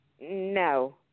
No